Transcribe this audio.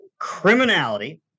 criminality